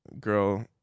girl